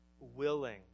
willing